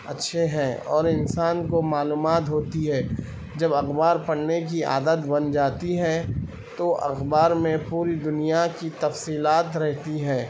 اچھے ہیں اور انسان کو معلومات ہوتی ہے جب اخبار پڑھنے کی عادت بن جاتی ہے تو اخبار میں پوری دنیا کی تفصیلات رہتی ہیں